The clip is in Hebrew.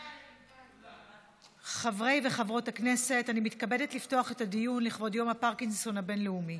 נעבור להצעות לסדר-היום בנושא: ציון יום הפרקינסון הבין-לאומי,